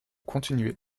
continuez